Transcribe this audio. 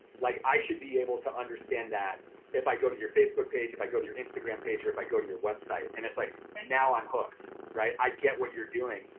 like i should be able to understand that if i go to your facebook page, if i go to your instagram page, or if i go to your website and it's like, and now i'm hooked. i get what you're doing,